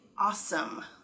Awesome